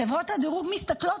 חברות הדירוג מסתכלות,